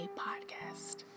podcast